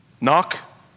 Knock